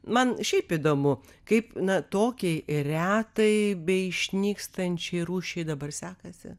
man šiaip įdomu kaip na tokiai retai beišnykstančiai rūšiai dabar sekasi